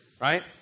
right